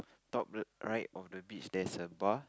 top le~ right of the beach there is a bar